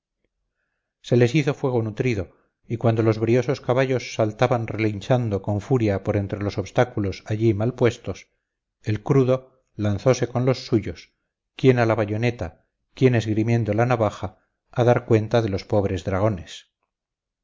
se les hizo fuego nutrido y cuando los briosos caballos saltaban relinchando con furia por entre los obstáculos allí mal puestos el crudo lanzose con los suyos quien a la bayoneta quien esgrimiendo la navaja a dar cuenta de los pobres dragones